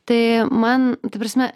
tai man ta prasme